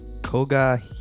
Koga